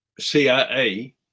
CIA